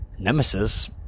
nemesis